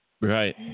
Right